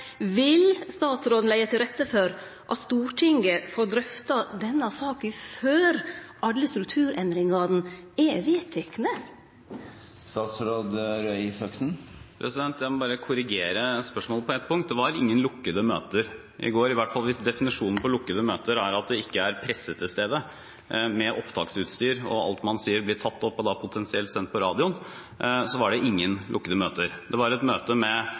Vil statsråden leggje til rette for at Stortinget får drøfte denne saka før alle strukturendringane er vedtekne? Jeg må bare korrigere spørsmålet på ett punkt: Det var ingen lukkede møter i går. I hvert fall hvis definisjonen på lukkede møter er at det ikke er presse til stede med opptaksutstyr, og at alt man sier blir tatt opp og potensielt sendt på radioen, så var det ingen lukkede møter. Det var et møte